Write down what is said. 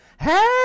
hey